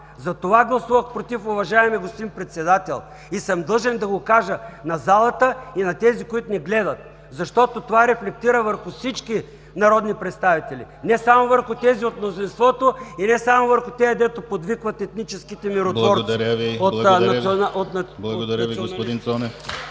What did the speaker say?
Затова гласувах „против“, уважаеми господин Председател. И съм длъжен да го кажа на залата и на тези, които ни гледат, защото това рефлектира върху всички народни представители. Не само върху тези от мнозинството и не само върху тези, които подвикват, етническите миротворци. (Ръкопляскания